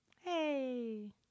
Hey